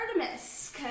Artemis